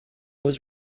was